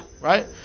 right